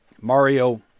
Mario